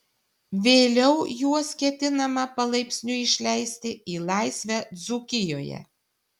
vėliau juos ketinama palaipsniui išleisti į laisvę dzūkijoje